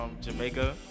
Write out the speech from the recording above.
Jamaica